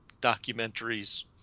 documentaries